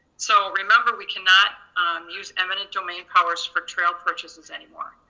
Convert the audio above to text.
so remember we cannot use eminent domain powers for trail purchases anymore.